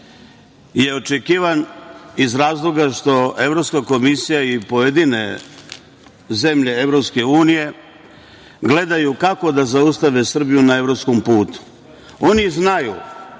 je očekivan iz razloga što evropska komisija i pojedine zemlje EU, gledaju kako da zaustave Srbiju na evropskom putu. Oni znaju